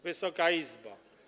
Wysoka Izbo!